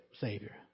Savior